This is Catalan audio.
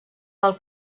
del